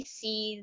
see